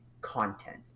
content